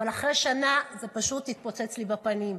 אבל אחרי שנה זה פשוט התפוצץ לי בפנים.